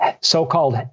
so-called